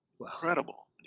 Incredible